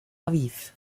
aviv